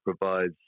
provides